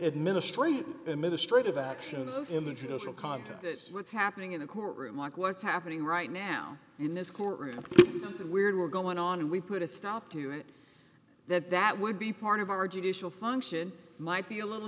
administration administrate of actions images will contest that what's happening in the courtroom like what's happening right now in this courtroom and weird we're going on and we put a stop to it that that would be part of our judicial function might be a little